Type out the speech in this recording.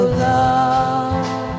love